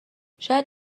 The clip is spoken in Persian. شاید